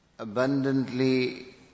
Abundantly